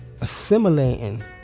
assimilating